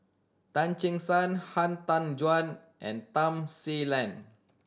Tan Che Sang Han Tan Juan and Tham Sien